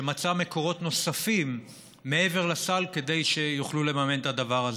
שמצאה מקורות נוספים מעבר לסל כדי שיוכלו לממן את הדבר הזה.